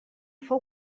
fou